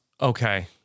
Okay